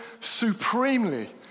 supremely